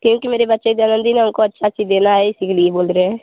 क्योंकि मेरे बच्चे का जन्मदिन है हमको अच्छी चीज़ देनी है इसीलिए बोल रहे हैं